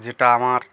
যেটা আমার